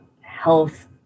health